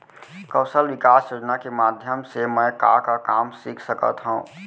कौशल विकास योजना के माधयम से मैं का का काम सीख सकत हव?